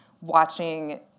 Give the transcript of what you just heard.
watching